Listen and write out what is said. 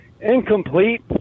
incomplete